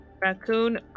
Raccoon